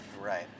Right